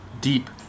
deep